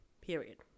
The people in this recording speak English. period